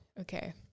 Okay